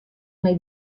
nahi